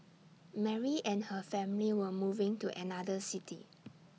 Mary and her family were moving to another city